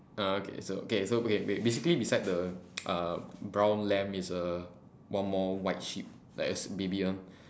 uh okay so okay so okay ba~ basically beside the uh brown lamb is a one more white sheep like is baby one